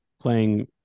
playing